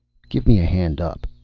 give me a hand up,